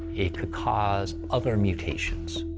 it could cause other mutations.